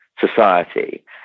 society